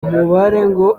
ngo